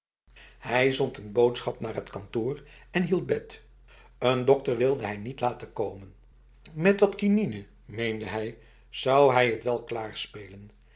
hij zond een boodschap naar het kantoor en hield het bed een dokter wilde hij niet laten komen met wat quinine meende hij zou hij het wel